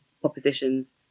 propositions